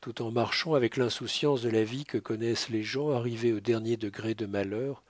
tout en marchant avec l'insouciance de la vie que connaissent les gens arrivés au dernier degré de malheur